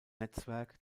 netzwerk